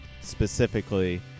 specifically